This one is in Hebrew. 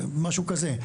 משהו כזה.